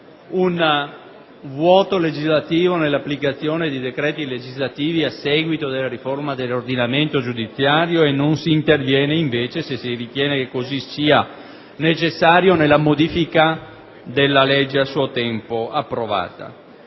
un vuoto legislativo nell'applicazione dei decreti legislativi a seguito della riforma dell'ordinamento giudiziario e non si intervenga invece, se lo si ritiene necessario, attraverso una modifica della legge a suo tempo approvata.